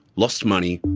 lost money,